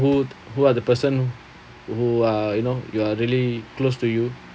who who are the person who are you know you are really close to you